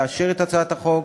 לאשר את הצעת החוק,